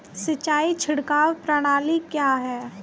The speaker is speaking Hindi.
सिंचाई छिड़काव प्रणाली क्या है?